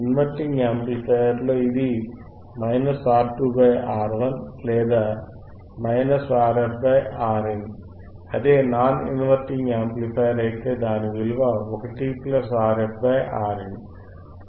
inverting amplifier లో ఇది R2 R1 లేదా RfRin అదే నాన్ ఇన్వర్టింగ్ యాంప్లిఫైయర్ ఐతే దాని విలువ 1Rf Rin